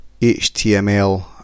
HTML